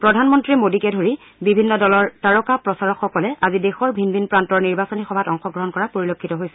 প্ৰধানমন্ত্ৰী মোডীকে ধৰি বিভইন্ন দলৰ তাৰকা প্ৰচাৰকসকলে আজি দেশৰ ভিন ভিন প্ৰান্তৰ নিৰ্বাচনী সভাত অংশগ্ৰহণ কৰা পৰিলক্ষিত হৈছে